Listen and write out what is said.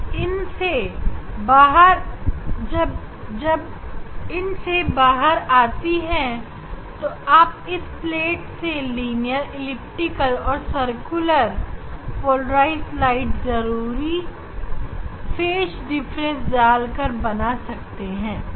जब इन से बाहर आती है आप इन प्लेट से लीनियर एलिप्टिकल और सर्कुलर पोलराइज्ड लाइट जरूरी फेज डिफरेंस डालकर बना सकते हैं